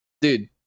Dude